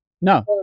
No